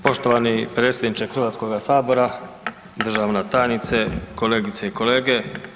Poštovani predsjedniče Hrvatskoga sabora, državna tajnice, kolegice i kolege.